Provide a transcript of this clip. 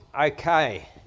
Okay